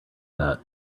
that